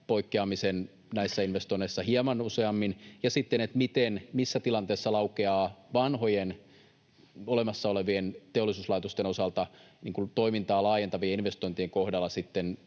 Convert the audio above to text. poikkeamisen näissä investoinneissa hieman useammin. Ja myös sitten se, missä tilanteessa laukeaa vanhojen, olemassa olevien teollisuuslaitosten osalta toimintaa laajentavien investointien kohdalla